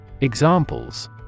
Examples